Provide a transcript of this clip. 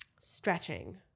Stretching